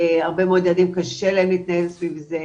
הרבה מאוד ילדים קשה להם להתנהל סביב זה,